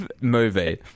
movie